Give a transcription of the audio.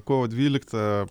kovo dvyliktą